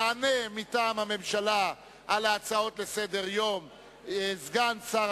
יענה מטעם הממשלה על ההצעות לסדר-היום סגן שר